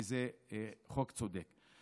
כי זה חוק צודק.